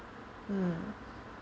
hmm